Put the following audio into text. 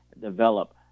develop